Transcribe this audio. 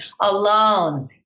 alone